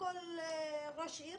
כל ראש עיר